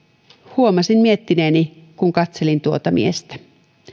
huomasin miettineeni kun katselin tuota miestä